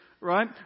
right